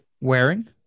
wearing